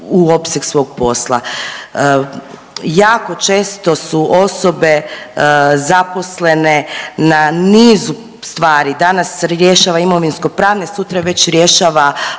u opseg svog posla. Jako često su osobe zaposlene na nizu stvari, danas rješava imovinsko pravne sutra već rješava